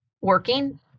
working